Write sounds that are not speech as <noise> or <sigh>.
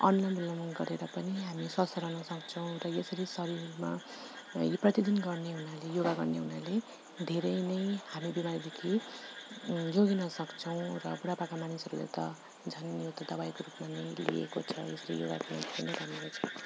अनुलोम विलोम गरेर पनि हामी स्वास्थ्य रहन सक्छौँ र यसरी शरीरमा प्रतिदिन गर्ने हुनाले योगा गर्ने हुनाले धेरै नै हामी बिमारदेखि जोगिन सक्छौँ र बुढापाका मानिसहरूले त झन् यो त दबाईको रूपमा पनि लिएको छ जसले योगा <unintelligible>